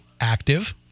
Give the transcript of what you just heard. active